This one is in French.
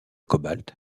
cobalt